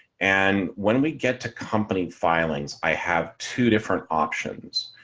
and when we get to company filings. i have two different options.